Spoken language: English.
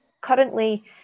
Currently